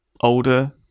older